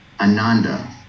Ananda